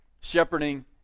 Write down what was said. shepherding